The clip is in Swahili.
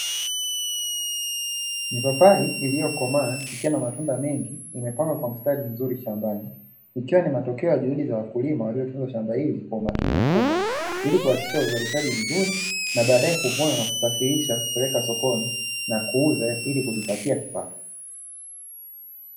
Mipapai iliyokomaa ikiwa na matunda mengi, imepangwa kwa mistari mizuri shambani. Ikiwa ni matokeo ya juhudi za wakulima waliotunza shamba hili kwa umakini mkubwa ili kuhakikisha uzalishaji mzuri na baadaye kuvuna, na kusafirisha kupeleka sokoni na kuuza ili kujipatia kipato.